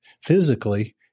physically